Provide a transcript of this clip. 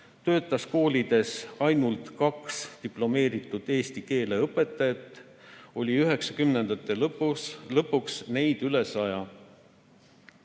töötas koolides ainult kaks diplomeeritud eesti keele õpetajat, oli 1990-ndate lõpuks neid üle saja.